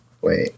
Wait